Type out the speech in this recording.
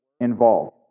involved